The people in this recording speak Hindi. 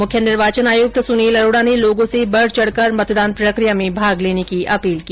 मुख्य निर्वाचन आयुक्त सुनील अरोडा ने लोगों से बढचढकर मतदान प्रकिया में भाग लेने की अपील की